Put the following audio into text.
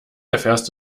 erfährst